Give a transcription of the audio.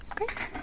Okay